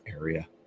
area